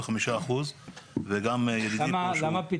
יעידו חבריי הקמעונאיים פה שהם לקוחותינו שבין